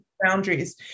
boundaries